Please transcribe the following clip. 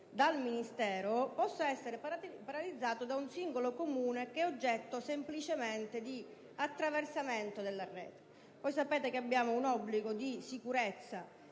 dal Ministero, possa essere paralizzato da un singolo Comune che è oggetto semplicemente di attraversamento della rete. Sapete che abbiamo un obbligo di sicurezza